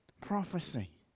Prophecy